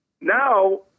Now